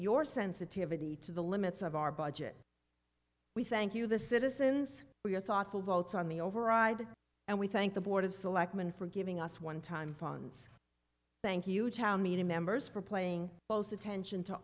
your sensitivity to the limits of our budget we thank you the citizens for your thoughtful votes on the override and we thank the board of selectmen for giving us one time funds thank you town meeting members for playing both attention to